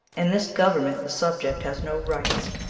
in this government the subject has no rights,